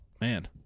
Man